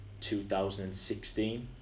2016